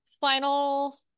final